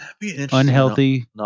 unhealthy